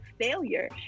failure